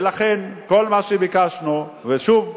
ולכן, כל מה שביקשנו, ושוב,